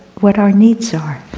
what our needs are.